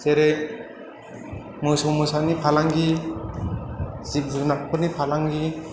जेरै मोसौ मोसानि फालांगि जिब जुनारफोरनि फालांगि